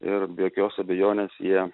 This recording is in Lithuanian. ir be jokios abejonės jie